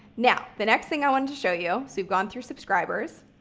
now, the next thing i wanted to show you, we've gone through subscribers